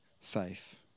faith